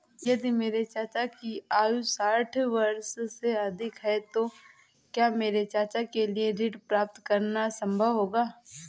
यदि मेरे चाचा की आयु साठ वर्ष से अधिक है तो क्या मेरे चाचा के लिए ऋण प्राप्त करना संभव होगा?